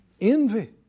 Envy